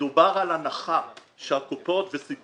שמדובר על הנחה וסבסוד.